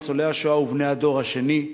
ניצולי השואה ובני הדור השני,